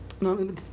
No